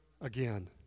again